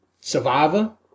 Survivor